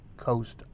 coast